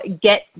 get